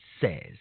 says